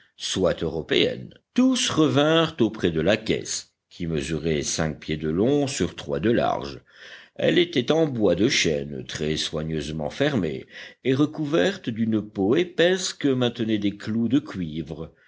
soit européenne tous revinrent auprès de la caisse qui mesurait cinq pieds de long sur trois de large elle était en bois de chêne très soigneusement fermée et recouverte d'une peau épaisse que maintenaient des clous de cuivre